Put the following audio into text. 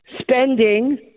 spending